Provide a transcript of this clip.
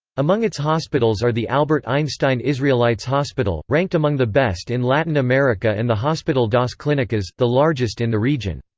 among its hospitals are the albert einstein israelites hospital, ranked among the best in latin america and the hospital das clinicas, the largest in the region.